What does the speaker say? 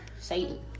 satan